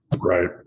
Right